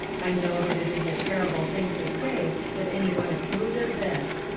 i know that it is a terrible thing to say that any one approved of this.